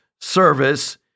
service